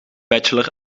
bachelor